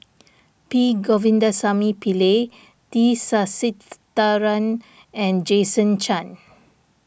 P Govindasamy Pillai T Sasitharan and Jason Chan